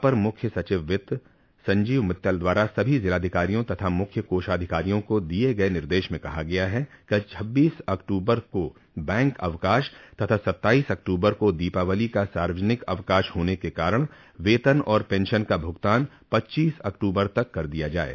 अपर मुख्य सचिव वित्त संजीव मित्तल द्वारा सभी जिलाधिकारियों तथा मुख्य कोषाधिकारियों को दिये गये निर्देश में कहा गया है कि छब्बीस अक्टूबर को बैंक अवकाश तथा सत्ताइस अक्टूबर को दीपावली का सार्वजनिक अवकाश होने के कारण वेतन और पेंशन का भुगतान पच्चीस अक्टूबर तक कर दिया जाये